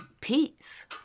peace